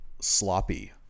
sloppy